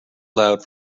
loud